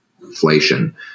inflation